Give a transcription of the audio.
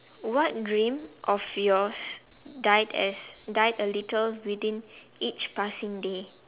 what dream of yours died as died a little within each passing day